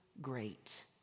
great